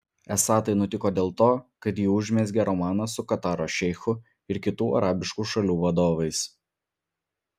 esą tai nutiko dėl to kad ji užmezgė romaną su kataro šeichu ir kitų arabiškų šalių vadovais